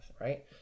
right